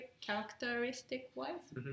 characteristic-wise